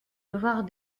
devoirs